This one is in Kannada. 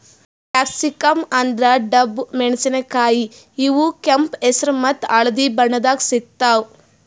ಕ್ಯಾಪ್ಸಿಕಂ ಅಂದ್ರ ಡಬ್ಬು ಮೆಣಸಿನಕಾಯಿ ಇವ್ ಕೆಂಪ್ ಹೆಸ್ರ್ ಮತ್ತ್ ಹಳ್ದಿ ಬಣ್ಣದಾಗ್ ಸಿಗ್ತಾವ್